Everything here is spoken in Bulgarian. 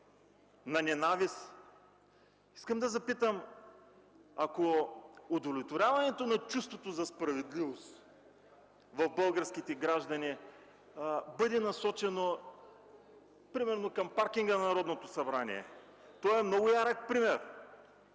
на ненавист. Искам да запитам: ако удовлетворяването на чувството за справедливост в българските граждани бъде насочено примерно към паркинга на Народното събрание? Това е много ярък пример